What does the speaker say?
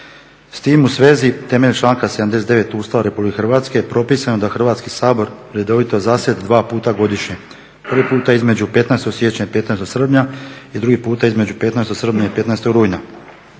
S tim u svezi temeljem članka 79. Ustava Republike Hrvatske propisano je da Hrvatski sabor redovito zasjeda dva puta godišnje – prvi puta između 15. siječnja i 15. srpnja i drugi puta između 15. srpnja i 15. rujna.